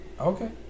Okay